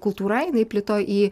kultūra jinai plito į